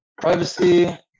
privacy